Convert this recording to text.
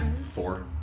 Four